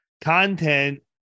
content